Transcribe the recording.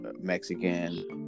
Mexican